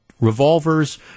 revolvers